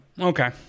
Okay